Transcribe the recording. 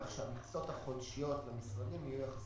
כך שהמכסות החודשיות במשרדים יהיו נמוכות יחסית.